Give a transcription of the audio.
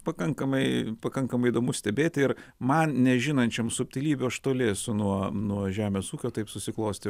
pakankamai pakankamai įdomu stebėti ir man nežinančiam subtilybių aš toli nuo nuo žemės ūkio taip susiklostė